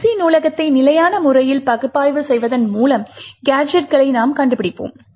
Libc நூலகத்தை நிலையான முறையில் பகுப்பாய்வு செய்வதன் மூலம் கேஜெட்களை நாம் கண்டுபிடிப்போம்